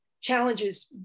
challenges